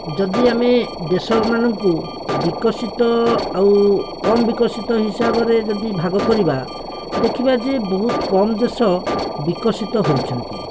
ଯଦି ଆମେ ଦେଶମାନଙ୍କୁ ବିକଶିତ ଆଉ କମ୍ ବିକଶିତ ହିସାବରେ ଯଦି ଭାଗ କରିବା ଦେଖିବା ଯେ ବହୁତ କମ୍ ଦେଶ ବିକଶିତ ହୋଇଛନ୍ତି